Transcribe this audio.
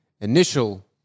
initial